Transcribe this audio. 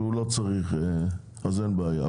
אין בעיה.